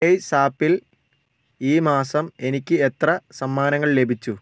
പേയ്സാപ്പിൽ ഈ മാസം എനിക്ക് എത്ര സമ്മാനങ്ങൾ ലഭിച്ചു